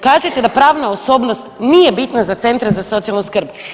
Kažete da pravna osobnost nije bitna za centar za socijalnu skrb.